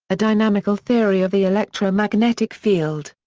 a dynamical theory of the electromagnetic field.